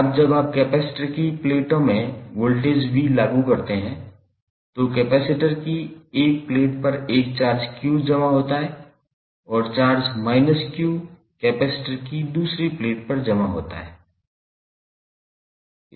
अब जब आप कपैसिटर की प्लेटों में वोल्टेज v लागू करते हैं तो कपैसिटर की एक प्लेट पर एक चार्ज q जमा होता है और चार्ज q कपैसिटर की दूसरी प्लेट पर जमा होता है